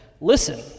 Listen